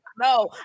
No